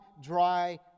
dry